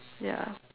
ya